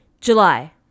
July